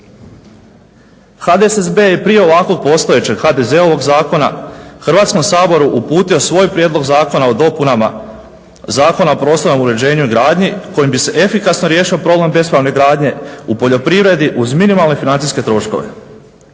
HDSSB je prije ovakvog postojećeg HDZ-ovog zakona Hrvatskom saboru uputio svoj prijedlog Zakona o dopunama Zakona o prostornom uređenju i gradnji kojim bi se efikasno riješio problem bespravne gradnje u poljoprivredi uz minimalne financijske troškove.